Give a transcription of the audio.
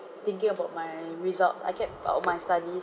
thinking about my results I kept all my studies